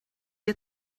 get